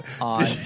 on